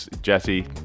Jesse